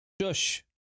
Shush